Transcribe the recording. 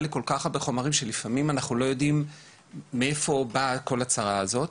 לכל כך הרבה חומרים שלפעמים אנחנו לא יודעים מאיפה באה כל הצרה הזאת.